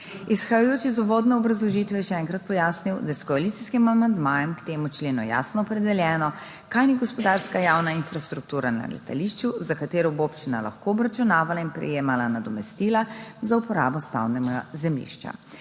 Izhajajoč iz uvodne obrazložitve je še enkrat pojasnil, da je s koalicijskim amandmajem k temu členu jasno opredeljeno, kaj ni gospodarska javna infrastruktura na letališču, za katero bo občina lahko obračunavala in prejemala nadomestila za uporabo stavbnega zemljišča.